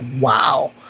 wow